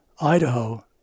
Idaho